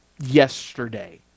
yesterday